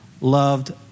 loved